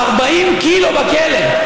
יודעים למה הוא מחייך?